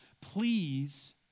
please